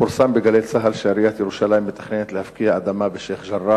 פורסם ב"גלי צה"ל" שעיריית ירושלים מתכננת להפקיע אדמה בשיח'-ג'ראח,